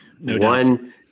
one